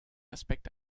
aspekt